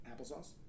Applesauce